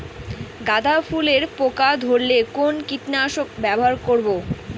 গাদা ফুলে পোকা ধরলে কোন কীটনাশক ব্যবহার করব?